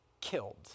killed